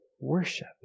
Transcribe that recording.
worship